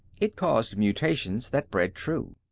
it caused mutations that bred true.